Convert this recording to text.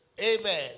Amen